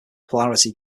polarity